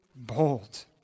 Bold